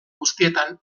guztietan